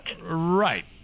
Right